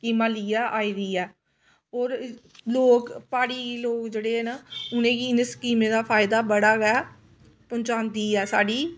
स्कीमां लेइयै आई दी ऐ होर लोक प्हाड़ी लोक जेह्ड़े न उ'नेंगी इन्नी स्कीमें दा फायदा बड़ा गै पुहचांदी ऐ साढ़ी